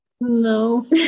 No